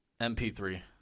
mp3